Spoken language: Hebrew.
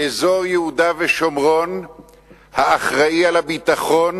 באזור יהודה ושומרון האחראי לביטחון